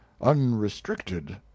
unrestricted